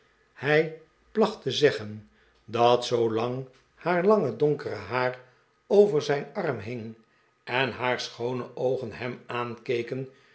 hij placht te zeggen dat zoolang haar lange donkere haar over zijn arm hing en haar schoone oogen hem aankeken